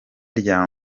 rya